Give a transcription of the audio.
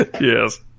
Yes